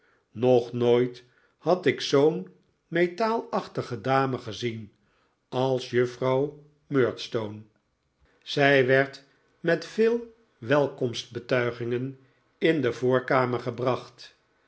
nog nooit had ik zoo'n metaalachtige dame gezien als juffrouw murdstone zij werd met veel welkomstbetuigingen in de voorkamer gebracht